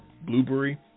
Blueberry